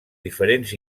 diferents